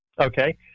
Okay